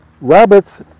rabbits